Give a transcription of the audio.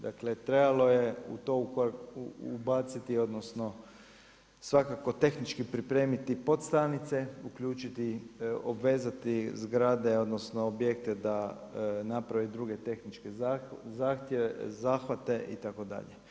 Dakle trebalo je u to ubaciti odnosno svakako tehnički pripremiti podstanice, uključiti obvezati zgrade odnosno objekte da naprave druge tehničke zahvate itd.